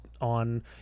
on